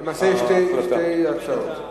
למעשה יש שתי הצעות.